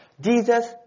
Jesus